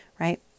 Right